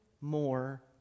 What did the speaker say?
more